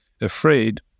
afraid